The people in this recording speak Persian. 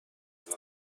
شاید